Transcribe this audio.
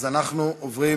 אז אנחנו עוברים